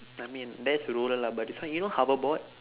I mean that's roller lah but this one you know hoverboard